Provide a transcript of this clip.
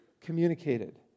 communicated